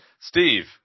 Steve